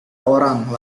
orang